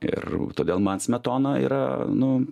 ir todėl man smetona yra nu